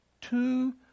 two